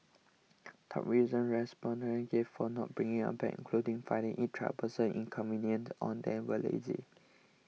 top reasons respondents gave for not bringing a bag included finding it troublesome inconvenient on they were lazy